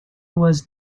was